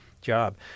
job